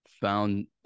found